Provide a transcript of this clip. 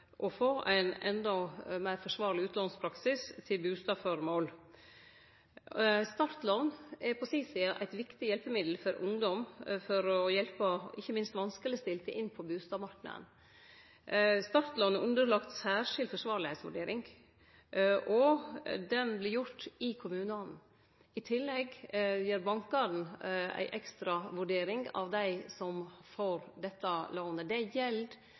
å få ein enda meir forsvarleg utlånspraksis til bustadføremål. Startlån er på si side eit viktig hjelpemiddel for ungdom for å hjelpe ikkje minst vanskelegstilte inn på bustadmarknaden. Startlån er underlagt særskild forsvarlegheitsvurdering, og ho vert gjord i kommunane. I tillegg gjer bankane ei ekstravurdering av dei som får dette lånet. Det gjeld